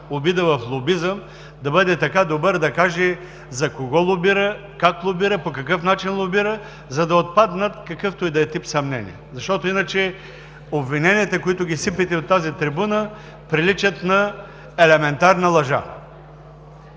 обида в лобизъм, да бъде така добър да каже за кого лобира, как лобира, по какъв начин лобира, за да отпаднат каквито и да е тип съмнения, защото иначе обвиненията, които сипете от тази трибуна, приличат на елементарна лъжа.